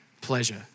pleasure